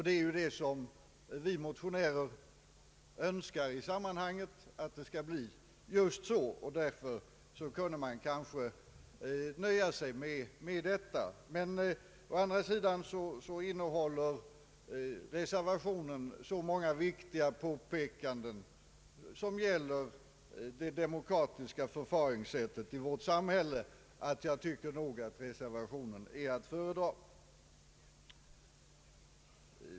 Det är just vad vi motionärer Önskar, och därför hade vi kanske kunnat nöja oss med den formuleringen. Å andra sidan innehåller reservationen så många viktiga påpekanden som gäller det demokratiska förfaringssättet i vårt samhälle att jag nog tycker att reservationen är att föredra.